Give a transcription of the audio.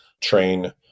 train